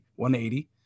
180